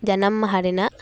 ᱡᱟᱱᱟᱢ ᱢᱟᱦᱟ ᱨᱮᱱᱟᱜ